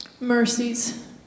mercies